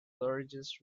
largest